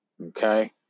okay